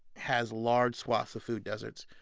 has large swaths of food deserts.